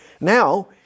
Now